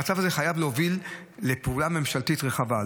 המצב הזה חייב להוביל לפעולה ממשלתית רחבה.